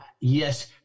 Yes